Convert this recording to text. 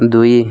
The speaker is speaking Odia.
ଦୁଇ